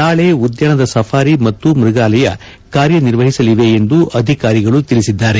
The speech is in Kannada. ನಾಳೆ ಉದ್ಯಾನದ ಸಫಾರಿ ಮತ್ತು ಮೃಗಾಲಯ ಕಾರ್ಯನಿರ್ವಹಿಸಲಿದೆ ಎಂದು ಅಧಿಕಾರಿಗಳು ತಿಳಿಸಿದ್ದಾರೆ